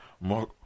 more